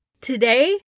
Today